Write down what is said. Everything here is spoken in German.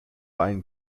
einen